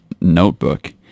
notebook